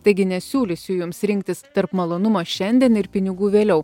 taigi nesiūlysiu jums rinktis tarp malonumo šiandien ir pinigų vėliau